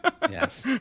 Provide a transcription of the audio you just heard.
Yes